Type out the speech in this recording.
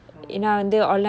oh